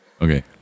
Okay